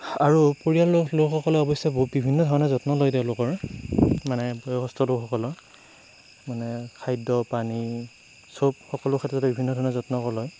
আৰু পৰিয়ালৰ লো লোকসকলে অৱশ্যে বিভিন্ন ধৰণে যত্ন লয় তেওঁলোকৰ মানে বয়সস্থ লোকসকলৰ মানে খাদ্য পানী চব সকলো ক্ষেত্ৰতে বিভিন্ন ধৰণে যত্ন লয়